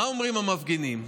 מה אומרים המפגינים?